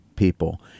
People